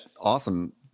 awesome